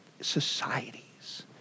societies